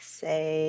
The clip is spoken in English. say